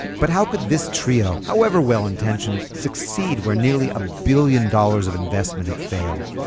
but how could this trio, however well intentioned, succeed where nearly a billion dollars of investment had failed?